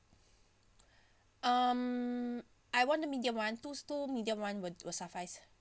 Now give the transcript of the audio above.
um I want the medium [one] two two medium [one] would would suffice